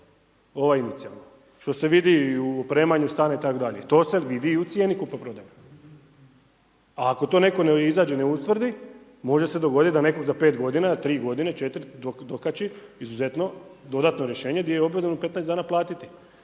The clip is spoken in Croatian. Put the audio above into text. ovaj inicijalno, što se vidi u opremanju stana itd. to se vidi i u cijeni kupoprodajnoj. A ako to netko ne izađe, ne ustvrdi, može se dogodit da netko za 5 godina, 3 godine, 4 dokači izuzetno dodatno rješenje gdje je obvezno u 15 dana platiti,